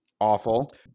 Awful